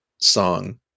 song